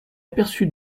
aperçut